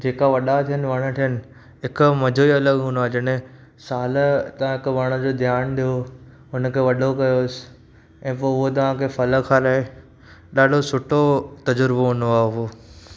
जेका वॾा थियनि वण थियनि हिकु मज़ो ई अलॻि थिन्दो आहे जॾहिं सालु तव्हां हिकु वणु जो ध्यानु ॾियो हुनखे वॾो कयोसि ऐं पोइ हूअ तव्हांखे फलु खाराए ॾाॾो सुठो तर्जुबो हुन्दो आहे उहो